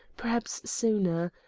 perhaps sooner.